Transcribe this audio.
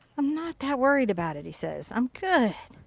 i'm not that worried about it he says. i'm good.